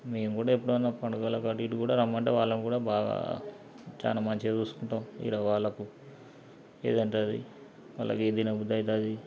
మేము కూడా ఎప్పుడన్నా పండుగలకు అటు ఇటు కూడా రమ్మంటే వాళ్ళను కూడా బాగా చాలా మంచిగా చూసుకుంటాం ఇక్కడ వాళ్ళకు ఏది అంటే అది వాళ్ళకు ఏది తినబుద్ధి అవుతుంది